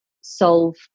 solve